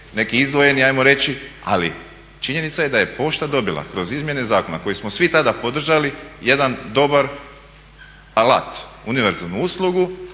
neki izdvojeni hajmo reći. Ali činjenica je da je pošta dobila kroz izmjene zakona koji smo svi tada podržali jedan dobar alat, univerzalnu uslugu.